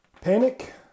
Panic